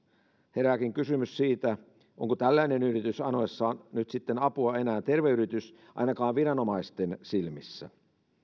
herääkin kysymys siitä onko tällainen yritys nyt sitten apua anoessaan enää terve yritys ainakaan viranomaisten silmissä